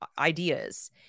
ideas